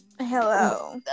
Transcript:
hello